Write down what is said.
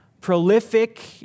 prolific